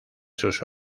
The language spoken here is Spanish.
sus